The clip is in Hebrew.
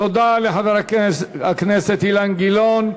תודה לחבר הכנסת אילן גילאון.